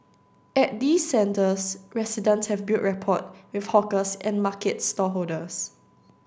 at these centres residents have built rapport with hawkers and market stallholders